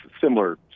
similar